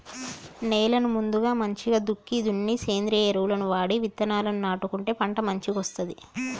నేలను ముందుగా మంచిగ దుక్కి దున్ని సేంద్రియ ఎరువులను వాడి విత్తనాలను నాటుకుంటే పంట మంచిగొస్తది